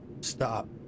Stop